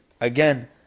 again